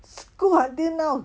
school until now